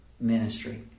ministry